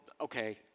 okay